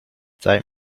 zeig